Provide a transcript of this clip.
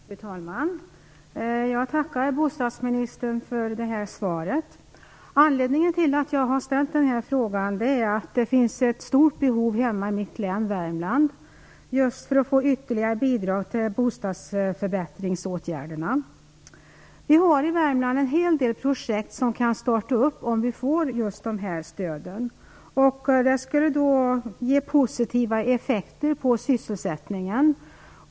Fru talman! Jag tackar bostadsministern för det här svaret. Anledningen till att jag har ställt den här frågan är att det finns ett stort behov hemma i mitt län I Värmland har vi en hel del projekt som kan startas om vi får just dessa stöd. Det skulle ge positiva effekter på sysselsättningen.